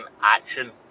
action